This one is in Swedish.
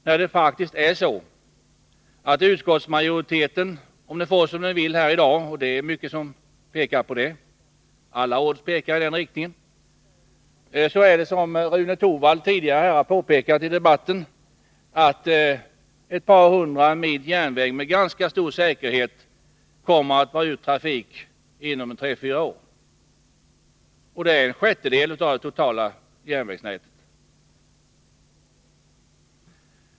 Om utskottsmajoriteten får som den vill här i dag — och alla odds pekar i den riktningen — så kommer, som Rune Torwald har påpekat tidigare här i debatten, ett par hundra mil järnväg att med ganska stor säkerhet vara ur trafik inom tre fyra år. Det är en sjättedel av det totala järnvägsnätet.